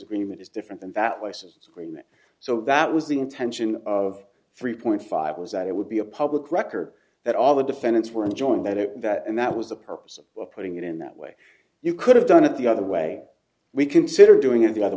agreement is different in that way since agreement so that was the intention of three point five was that it would be a public record that all the defendants were enjoying that and that was the purpose of putting it in that way you could have done it the other way we considered doing it the other